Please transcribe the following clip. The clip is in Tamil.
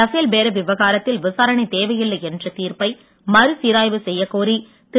ரஃபேல் பேர விவகாரத்தில் விசாரணை தேவையில்லை என்ற தீர்ப்பை மறுசீராய்வு செய்யக் கோரி திரு